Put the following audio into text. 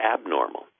abnormal